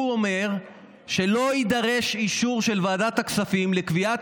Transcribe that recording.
הוא אומר שלא יידרש אישור של ועדת הכספים לקביעת